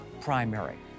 primary